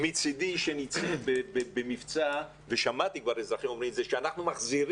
מצידי שיצאו במבצע ושמעתי כבר אזרחים אומרים את זה להחזיר